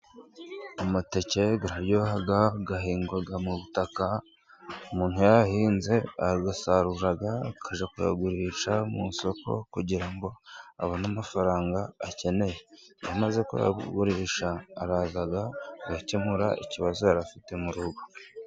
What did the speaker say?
Amateke araryoha gahingwa mu butaka, umuntu iyo ayahinze akayasarura akajya kuyagurisha mu isoko, kugira ngo abone amafaranga akeneye, iyo amaze kuyagurisha araza agakemura ikibazo yari afite mu rugo.